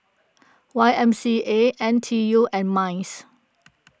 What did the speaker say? Y M C A N T U and Minds